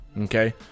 okay